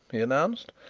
he announced.